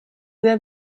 sehr